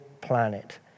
planet